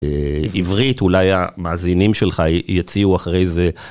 עברית, אולי המאזינים שלך יציעו אחרי זה...